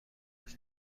بخش